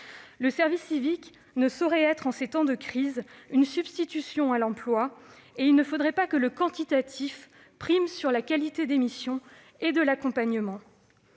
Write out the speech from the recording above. Le service civique ne saurait être, en ces temps de crise, une substitution à l'emploi. Il ne faudrait pas que le quantitatif prime sur la qualité des missions et de l'accompagnement.